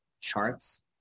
charts